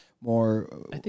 more